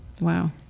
Wow